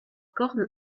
cornes